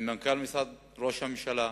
עם מנכ"ל משרד ראש הממשלה,